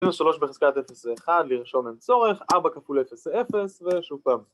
23 בחזקת 0.1 לרשום אין צורך, 4 כפול 0.0 ושוב פעם